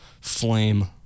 flame